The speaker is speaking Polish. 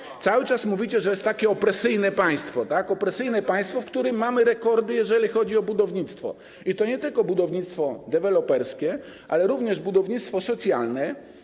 Proszę państwa, cały czas mówicie, że to jest takie opresyjne państwo - opresyjne państwo, w którym mamy rekordy, jeżeli chodzi o budownictwo, i to nie tylko budownictwo deweloperskie, ale również budownictwo socjalne.